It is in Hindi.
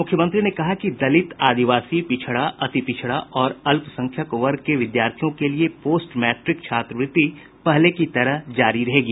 मुख्यमंत्री ने कहा कि दलित आदिवासी पिछड़ा अति पिछड़ा और अल्पसंख्यक वर्ग के विद्यार्थियों के लिए पोस्ट मैट्रिक छात्रवृत्ति पहले की तरह जारी रहेगी